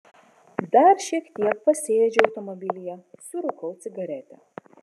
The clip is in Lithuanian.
dar šiek tiek pasėdžiu automobilyje surūkau cigaretę